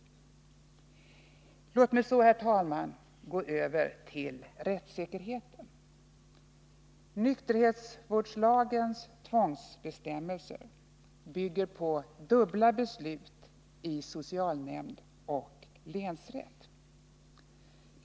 Låt mig så, herr talman, gå över till rättssäkerheten. Nykterhetsvårdslagens tvångsbestämmelser bygger på dubbla beslut i socialnämnd och länsrätt.